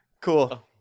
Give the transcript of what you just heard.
Cool